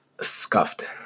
scuffed